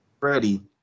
Ready